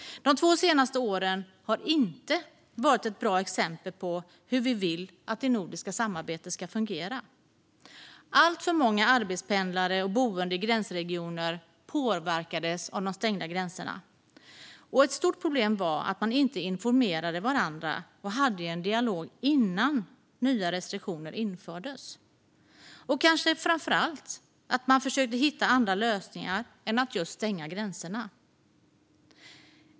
De senaste två åren har inte varit ett bra exempel på hur vi vill att det nordiska samarbetet ska fungera. Alltför många arbetspendlare och boende i gränsregioner påverkades av de stängda gränserna. Ett stort problem var att man inte informerade varandra och hade en dialog innan nya restriktioner infördes, och kanske framför allt att man inte försökte hitta andra lösningar än att just stänga gränserna.